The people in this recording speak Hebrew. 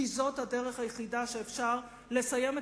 כי זאת הדרך היחידה שבה אפשר לסיים את